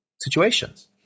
situations